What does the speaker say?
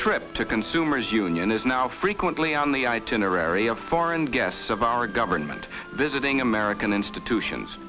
trip to consumers union is now frequently on the itinerary of foreign guests of our government visiting american institutions